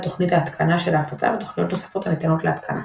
תוכנית ההתקנה של ההפצה ותוכניות נוספות הניתנות להתקנה.